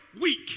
Weak